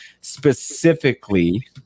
specifically